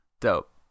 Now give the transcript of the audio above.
Dope